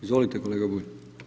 Izvolite kolega Bulj.